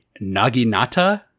naginata